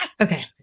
Okay